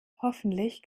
hoffentlich